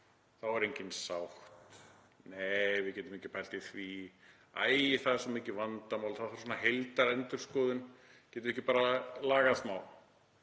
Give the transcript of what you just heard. Þá er engin sátt. Nei, við getum ekki pælt í því. Æ, það er svo mikið vandamál, þá þarf svona heildarendurskoðun. Getum við ekki bara lagað smá?